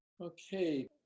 Okay